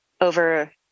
over